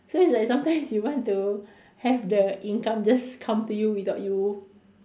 so it's like sometimes you want to have the income just come to you without you